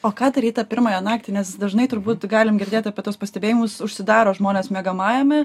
o ką daryt tą pirmąją naktį nes dažnai turbūt galim girdėt apie tuos pastebėjimus užsidaro žmonės miegamajame